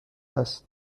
است